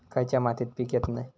खयच्या मातीत पीक येत नाय?